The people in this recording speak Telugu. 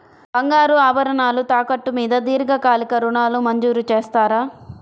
బంగారు ఆభరణాలు తాకట్టు మీద దీర్ఘకాలిక ఋణాలు మంజూరు చేస్తారా?